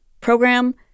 program